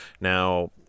Now